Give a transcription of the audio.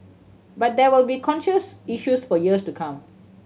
but there will be contentious issues for years to come